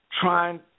trying